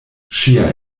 ŝia